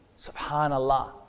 subhanallah